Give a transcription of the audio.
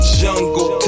jungle